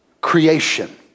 creation